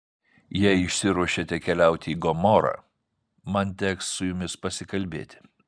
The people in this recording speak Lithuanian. jei išsiruošėte keliauti į gomorą man teks su jumis pasikalbėti